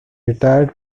retired